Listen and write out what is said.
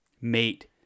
mate